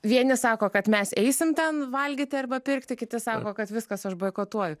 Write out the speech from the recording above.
vieni sako kad mes eisim ten valgyti arba pirkti kiti sako kad viskas aš boikotuoju